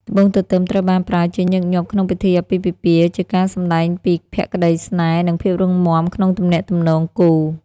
ត្បូងទទឹមត្រូវបានប្រើជាញឹកញាប់ក្នុងពិធីអាពាហ៍ពិពាហ៍ ជាការសម្ដែងពីភក្ដីស្នេហ៍ និងភាពរឹងមាំក្នុងទំនាក់ទំនងគូ។